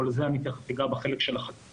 אבל בזה אני אגע בפרק של החקיקה.